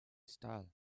style